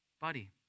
buddy